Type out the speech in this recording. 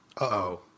Uh-oh